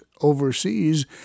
overseas